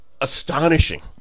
astonishing